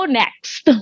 next